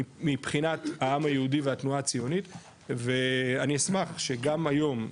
מבחינת העם היהודי והתנועה הציונית ואני אשמח שגם היום,